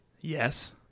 Yes